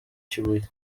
kibuye